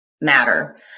matter